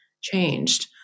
changed